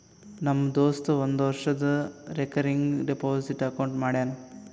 ನಮ್ ದೋಸ್ತ ಒಂದ್ ವರ್ಷದು ರೇಕರಿಂಗ್ ಡೆಪೋಸಿಟ್ ಅಕೌಂಟ್ ಮಾಡ್ಯಾನ